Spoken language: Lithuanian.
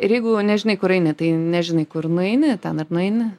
ir jeigu nežinai kur eini tai nežinai kur nueini ten ir nueini